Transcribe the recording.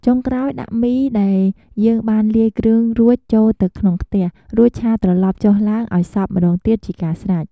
ចុងក្រោយ ដាក់មីដែលយើងបានលាយគ្រឿងរួចចូលទៅក្នុងខ្ទះ រួចឆាត្រឡប់ចុះឡើងឱ្យសព្វម្តងទៀតជាស្រេច។